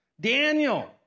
Daniel